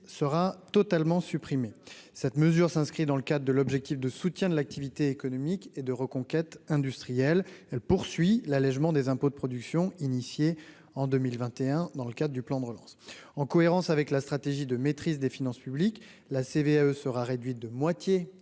sera totalement supprimée cette mesure s'inscrit dans le cadre de l'objectif de soutien de l'activité économique et de reconquête industrielle elle poursuit l'allégement des impôts de production initiée en 2021, dans le cadre du plan de relance en cohérence avec la stratégie de maîtrise des finances publiques la CVAE sera réduite de moitié